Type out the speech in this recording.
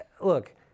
look